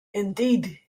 indeed